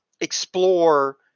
explore